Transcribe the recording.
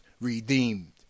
redeemed